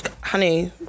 Honey